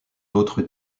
autres